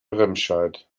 remscheid